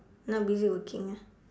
now busy working ah